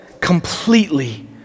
completely